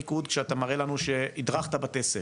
אתה תקבל יותר ניקוד שאתה מראה לנו שהדרכת בתי ספר,